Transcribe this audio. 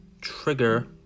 Trigger